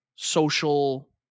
Social